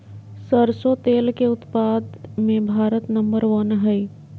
सरसों तेल के उत्पाद मे भारत नंबर वन हइ